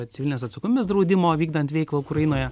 civilinės atsakomybės draudimo vykdant veiklą ukrainoje